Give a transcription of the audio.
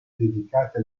dedicate